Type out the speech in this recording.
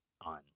on